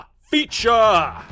Feature